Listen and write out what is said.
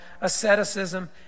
asceticism